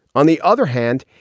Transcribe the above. on the other hand,